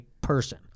person